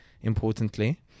importantly